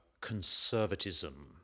conservatism